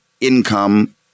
income